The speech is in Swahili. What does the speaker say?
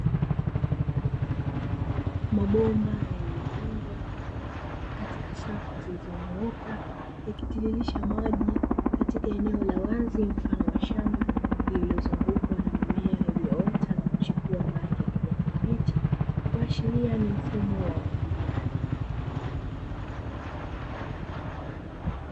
Mabomba yaliyopangwa katika safu zilizo nyooka yakitiririsha maji katika eneo la wazi mfano wa shamba lililozungukwa na mimea iliyoota na kuchipua kwa rangi ya kijani kibichi, kuashiria ni mfumo wa umwagiliaji.